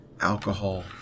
alcohol